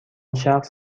شخص